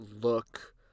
look